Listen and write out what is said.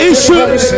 Issues